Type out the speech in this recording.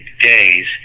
days